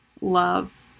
love